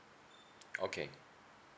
okay